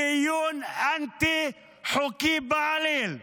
דיון אנטי-חוקי בעליל,